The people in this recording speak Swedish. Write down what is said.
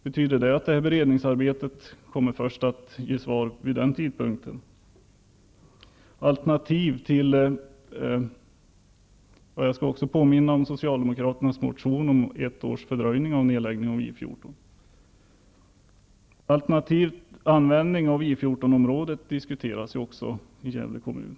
Betyder det att detta beredningsarbete kommer att ge svar först vid denna tidpunkt? Jag vill också påminna om socialdemokraternas motion om ett års fördröjning av nedläggningen av I 14. En alternativ användning av I 14-området diskuteras också i Gävle kommun.